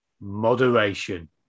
moderation